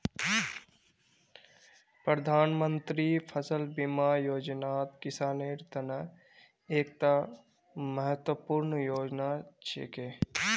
प्रधानमंत्री फसल बीमा योजनात किसानेर त न एकता महत्वपूर्ण योजना छिके